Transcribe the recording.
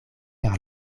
per